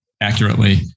accurately